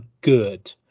good